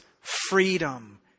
freedom